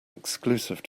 exclusive